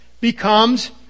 becomes